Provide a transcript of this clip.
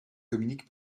communique